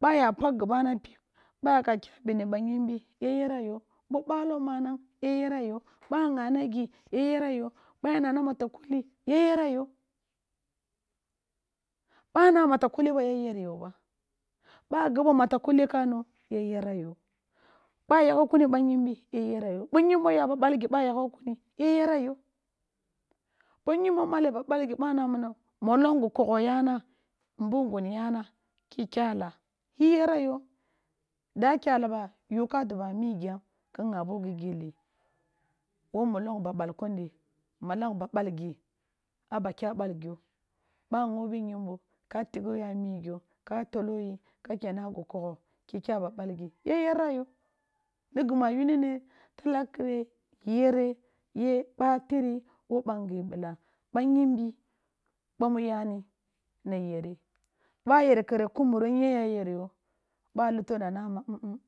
Ba yap akh gibana pip, bay agha kya bini ba yimbi, ya year yo, bo balo manany ya year wo, boy a ghana gi ya year yo, bay a nana mata kulli ya year y oba ga na mata kulli ka no ya year yo, ba yagho kuni ba yumbi ya year yo, bo yimbo yaba balgi ba yagho kuni ya year y obo yimbo male ɓa balgi ba na mini molong gi kogho yana, ubungun yana ki kyalaa iyera yo, da kyaka la aba yu ka do ɓa mugyam kin ghaho gi gilli wo molon ba balkun di, molon ba balgi, a ba kya bal gyo bag ho bi yimbo, ka tigho yi a miggo, ka tolo yi ka kena gi kaglo ki kya ɓa balgi ya year yo, ni gima yuni ni kila kre yere ye ba tiri wo ba nge bila, ba yimbi ba mu yani na yeri. Ba yer kere ku muro, niyen yay er yo, ba luto na nama hm-hm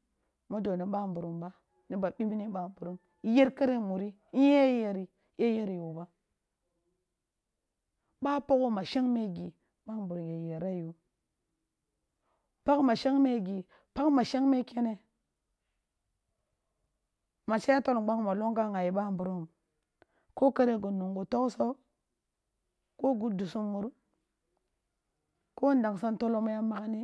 mud oni bamburum b ani ba bibne bamburum, iyer kere muri niyen ya yeri yay er y oba, ba pagho mashangme gi bamburum ya year yo, pakh mashengme gi, pakh mashagme kene, mashe a tol ngbang molong ka ghabi bamburum, ko kere gi n u toghsog, wo gi dusu mur ko ndangsang tolo ma ya magni